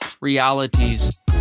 realities